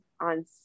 on